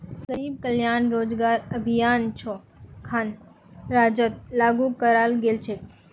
गरीब कल्याण रोजगार अभियान छो खन राज्यत लागू कराल गेल छेक